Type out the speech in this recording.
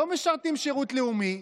לא משרתים שירות לאומי,